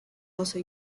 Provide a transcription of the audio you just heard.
also